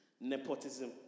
nepotism